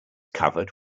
covered